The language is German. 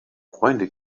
freunde